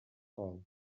call